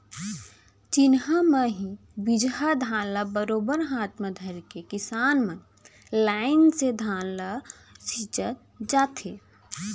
चिन्हा म ही बीजहा धान ल बरोबर हाथ म धरके किसान मन लाइन से धान ल छींचत जाथें